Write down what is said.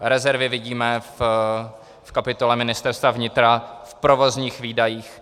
Rezervy vidíme v kapitole Ministerstva vnitra, v provozních výdajích.